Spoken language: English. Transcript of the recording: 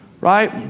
Right